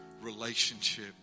relationship